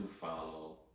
follow